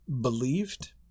believed